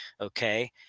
Okay